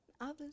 Others